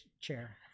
chair